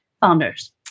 founders